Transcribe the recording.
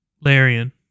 Larian